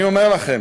אני אומר לכם,